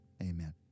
amen